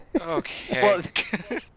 Okay